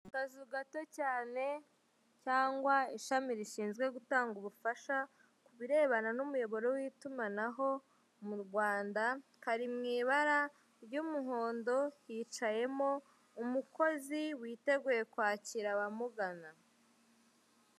Akazu gato cyane cyangwa ishami rishinzwe gutanga ubufasha ku birebana n'umuyoboro w'itumanaho mu Rwanda, kari mu ibara ry'umuhondo, hicayemo umukozi witeguye kwakira abamugana.